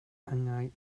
angau